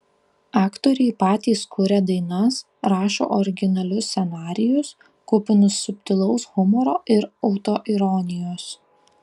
aktoriai patys kuria dainas rašo originalius scenarijus kupinus subtilaus humoro ir autoironijos